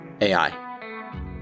AI